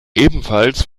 ebenfalls